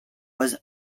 was